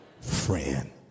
friend